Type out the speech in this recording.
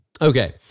Okay